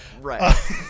Right